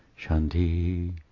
shanti